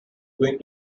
going